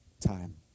time